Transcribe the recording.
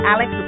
Alex